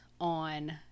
on